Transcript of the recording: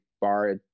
bar